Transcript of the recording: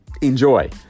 enjoy